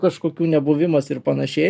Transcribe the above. kažkokių nebuvimas ir panašiai